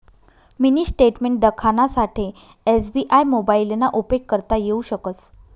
mini statement देखानासाठे SBI मोबाइलना उपेग करता येऊ शकस